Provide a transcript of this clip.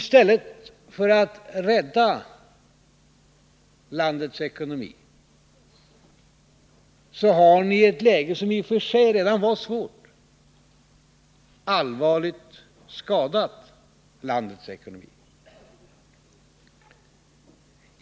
Istället för att rädda landets ekonomi har ni, i ett läge som redan i och för sig var svårt, allvarligt skadat landets ekonomi.